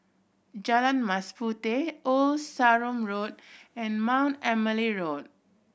Jalan Mas Puteh Old Sarum Road and Mount Emily Road